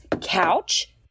couch